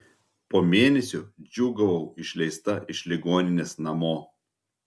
po mėnesio džiūgavau išleista iš ligoninės namo